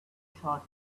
shortcuts